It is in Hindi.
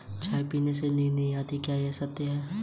धारिता का मानक इकाई क्या है?